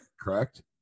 correct